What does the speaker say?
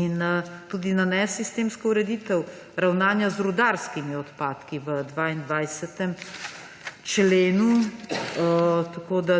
in tudi na nesistemsko ureditev ravnanja z rudarskimi odpadki v 22. členu.